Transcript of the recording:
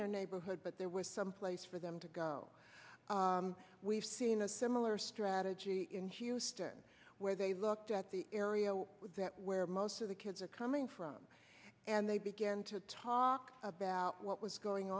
their neighborhood but there was some place for them to go we've seen a similar strategy in houston where they looked at the area where most of the kids are coming from and they began to talk about what was going